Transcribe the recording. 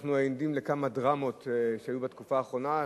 ואנחנו עדים לכמה דרמות שהיו בתקופה האחרונה.